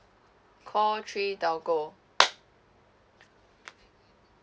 call three telco